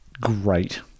Great